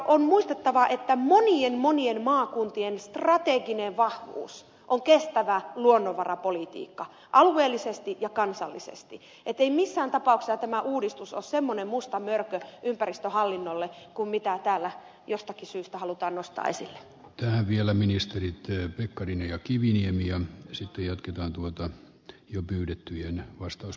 on muistettava että monien monien maakuntien strateginen vahvuus on kestävä luonnonvarapolitiikka alueellisesti ja kansallisesti niin että ei missään tapauksessa tämä uudistus ole semmoinen musta mörkö ympäristöhallinnolle kuin täällä jostakin syystä halutaan nostaa esille yhä vielä ministeri pekkarinen ja kiviniemi ja sitä jatketaan tuhota jo pyydettyjen vastaus